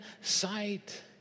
sight